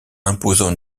imposant